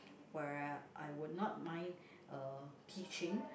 where I would not mind uh teaching